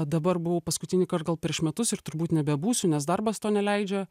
dabar buvau paskutinįkart gal prieš metus ir turbūt nebebūsiu nes darbas to neleidžia